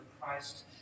Christ